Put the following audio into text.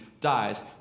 dies